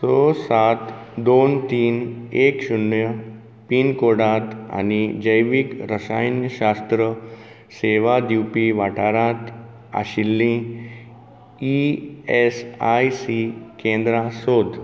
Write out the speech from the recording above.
स सात दोन तीन एक शुन्य पिनकोडांत आनी जैवीक रसायनशास्त्र सेवा दिवपी वाठारांत आशिल्लीं ई एस आय सी केंद्रां सोद